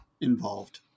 involved